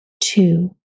two